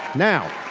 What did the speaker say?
now,